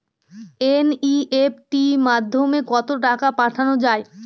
NEFT মাধ্যমে কত টাকা পাঠানো যায়?